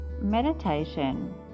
Meditation